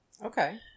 Okay